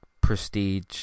prestige